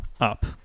up